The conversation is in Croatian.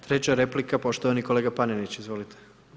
Treća replika, poštovani kolega Panenić, izvolite.